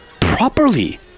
properly